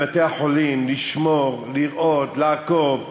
לשמור, לראות, לעקוב.